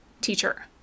Teacher